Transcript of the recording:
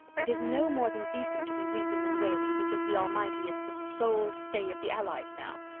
it is no more than decent to be weeping and wailing because the almighty is the sole stay of the allies now.